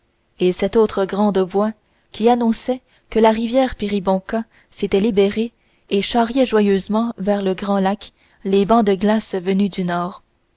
et cette autre grande voix qui annonçait que la rivière péribonka s'était libérée et charriait joyeusement vers le grand lac les bancs de glace venus du nord